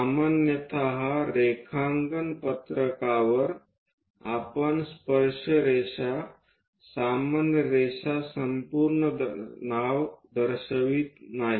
सामान्यत रेखांकन पत्रकवर आपण स्पर्श रेषा सामान्यरेषा संपूर्ण नाव दर्शवित नाही